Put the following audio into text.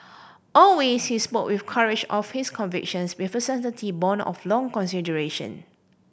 always he spoke with courage of his convictions with a born of long consideration